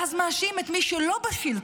ואז הוא מאשים את מי שלא בשלטון,